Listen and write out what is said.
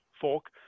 folk